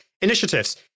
initiatives